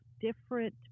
different